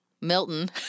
Milton